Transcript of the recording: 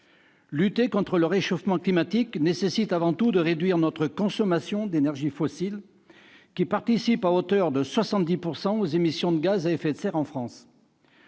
Lutter contre le réchauffement climatique nécessite avant tout de réduire notre consommation d'énergies fossiles, qui participent à hauteur de 70 % aux émissions de gaz à effet de serre en France.